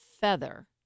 feather